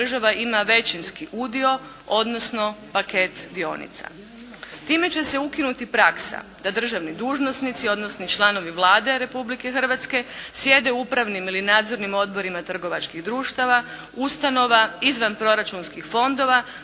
država ima većinski udio, odnosno paket dionica. Time će se ukinuti praksa da državni dužnosnici, odnosno članovi Vlade Republike Hrvatske sjede u upravnim ili nadzornim odborima trgovačkih društava, ustanova, izvanproračunskih fondova